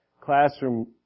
classroom